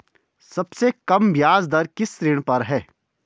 सबसे कम ब्याज दर किस ऋण पर है?